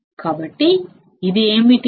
కాబట్టి ఇది ఏమిటి